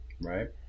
right